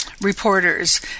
reporters